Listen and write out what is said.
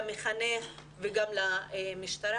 למחנך וגם למשטרה.